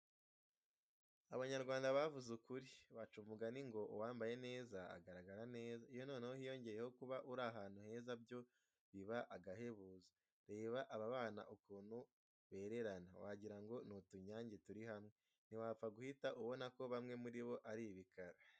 Abanyarwanda bavuze ukuri, baca umugani ngo uwambaye neza agaragara neza; iyo noneho hiyongereyeho kuba uri ahantu heza byo biba ahahebuzo! Reba aba bana ukuntu bererana, wagirango ni utunyange turi hamwe, ntiwapfa guhita ubona ko bamwe muri bo ari ibikara.